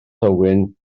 thywyn